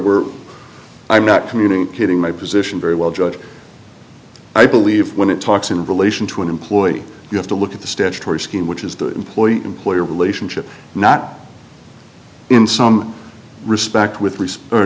were i'm not communicating my position very well judge i believe when it talks in relation to an employee you have to look at the statutory scheme which is the employee employer relationship not in some respect with